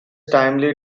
timely